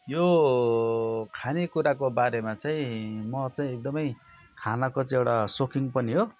यो खाने कुराको बारेमा चाहिँ म चाहिँ एकदम खानाको चाहिँ एउटा सौकिन पनि हो